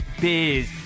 Biz